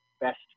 best